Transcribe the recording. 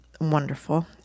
Wonderful